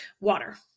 water